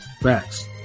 Facts